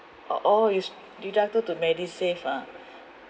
orh it's deducted to medisave ah